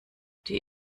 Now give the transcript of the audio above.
die